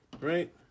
right